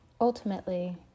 ultimately